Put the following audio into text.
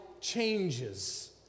changes